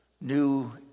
new